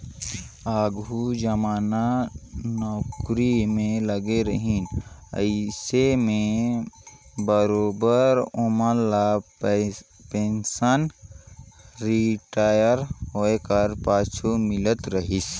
आघु जेमन नउकरी में लगे रहिन अइसे में बरोबेर ओमन ल पेंसन रिटायर होए कर पाछू मिलत रहिस